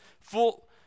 full